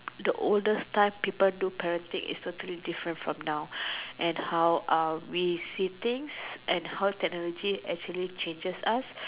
the oldest time people do parenting is totally different from now and how are we seating and how technology actually changes us